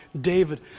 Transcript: David